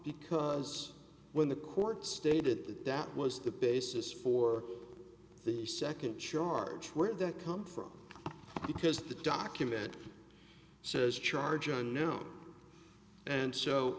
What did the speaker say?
because when the court stated that that was the basis for the second charge where did that come from because the document says charge on no and so